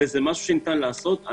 זה משהו שניתן לעשות.